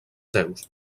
déus